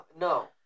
No